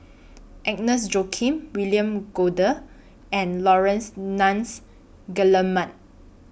Agnes Joaquim William Goode and Laurence Nunns Guillemard